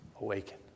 awaken